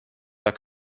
jak